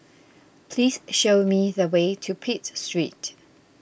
please show me the way to Pitt Street